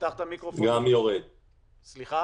גם יורד.